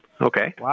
Okay